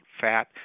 fat